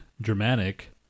Germanic